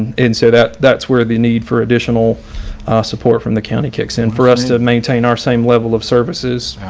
in so that that's where the need for additional support from the county kicks in for us to maintain our same level of services,